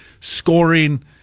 scoring